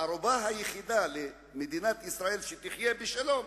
הערובה היחידה לכך שמדינת ישראל תחיה בשלום,